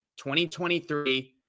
2023